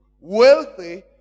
wealthy